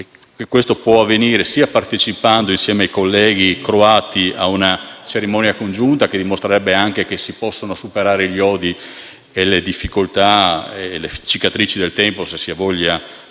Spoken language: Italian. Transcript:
questo può avvenire, sia partecipando insieme ai colleghi croati a una cerimonia congiunta, che dimostrerebbe anche che si possono superare gli odi, le difficoltà e le cicatrici del tempo, se si ha voglia